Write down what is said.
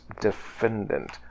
defendant